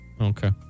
Okay